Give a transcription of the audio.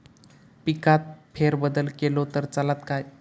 पिकात फेरबदल केलो तर चालत काय?